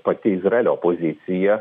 pati izraelio pozicija